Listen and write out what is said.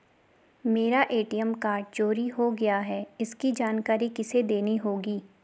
मेरा ATM card चोरी हो गया है इसकी जानकारी किसे देनी होगी?